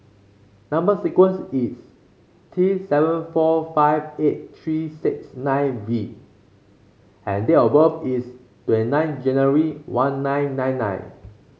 number sequence is T seven four five eight three six nine V and date of birth is twenty nine January one nine nine nine